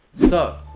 so,